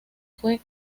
fue